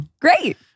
Great